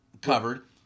covered